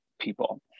people